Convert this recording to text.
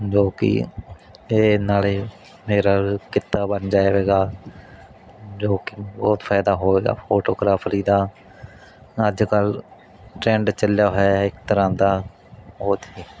ਜੋ ਕਿ ਅਤੇ ਨਾਲੇ ਮੇਰਾ ਕਿੱਤਾ ਬਣ ਜਾਵੇਗਾ ਜੋ ਕਿ ਬਹੁਤ ਫਾਇਦਾ ਹੋਏਗਾ ਫੋਟੋਗ੍ਰਾਫਰੀ ਦਾ ਹੁਣ ਅੱਜ ਕੱਲ੍ਹ ਟਰੈਂਡ ਚੱਲਿਆ ਹੋਇਆ ਇੱਕ ਤਰ੍ਹਾਂ ਦਾ ਬਹੁਤ ਹੀ